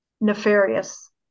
nefarious